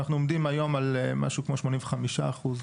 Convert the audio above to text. אנחנו עומדים היום על משהו כמו 85 אחוזים.